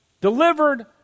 Delivered